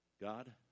God